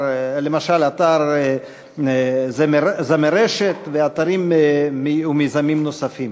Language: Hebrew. אתר "זמרשת", ואתרים ומיזמים נוספים.